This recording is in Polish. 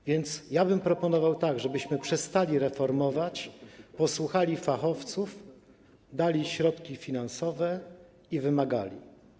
A więc proponowałbym, żebyśmy przestali reformować, posłuchali fachowców, dali środki finansowe i wymagali.